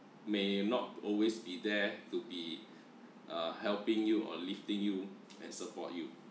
may not always be there to be uh helping you or lifting you and support you